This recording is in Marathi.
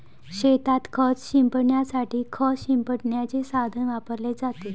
शेतात खत शिंपडण्यासाठी खत शिंपडण्याचे साधन वापरले जाते